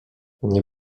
nie